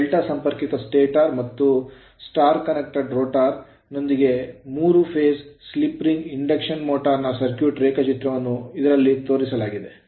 ಈಗ ಡೆಲ್ಟಾ ಸಂಪರ್ಕಿತ stator stator ಮತ್ತು ಸ್ಟಾರ್ ಕನೆಕ್ಟೆಡ್ rotor ರೋಟರ್ ನೊಂದಿಗೆ ಮೂರು phase ಹಂತದ ಸ್ಲಿಪ್ ರಿಂಗ್ ಇಂಡಕ್ಷನ್ ಮೋಟರ್ ನ ಸರ್ಕ್ಯೂಟ್ ರೇಖಾಚಿತ್ರವನ್ನು ಇದರಲ್ಲಿ ತೋರಿಸಲಾಗಿದೆ